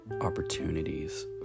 opportunities